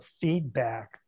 feedback